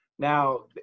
Now